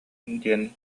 диэн